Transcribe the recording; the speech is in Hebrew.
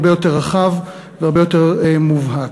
הרבה יותר רחב והרבה יותר מובהק.